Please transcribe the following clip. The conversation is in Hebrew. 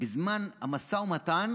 שבזמן המשא ומתן